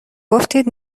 گفتید